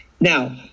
now